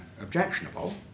objectionable